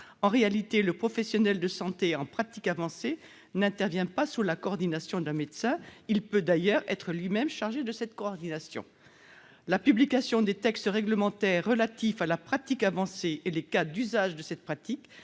En réalité, le professionnel de santé en pratique avancée n'intervient pas sous la coordination d'un médecin. Il peut d'ailleurs être lui-même chargé de cette coordination. La publication des textes réglementaires relatifs à la pratique avancée étant désormais intervenue,